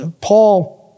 Paul